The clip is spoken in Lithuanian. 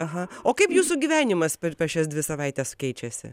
aha o kaip jūsų gyvenimas per šias dvi savaites keičiasi